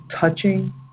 touching